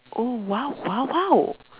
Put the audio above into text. oh !wow! !wow! !wow!